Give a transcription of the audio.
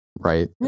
right